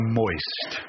moist